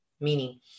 meaning